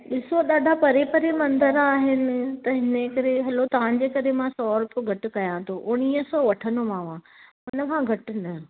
ॾिसो ॾाढा परे परे मंदर आहिनि त हिन करे हलो तव्हां जे करे मां सौ रुपियो घटि कयां थो उणिवीह सौ वठंदोमांव हुनखां घटि न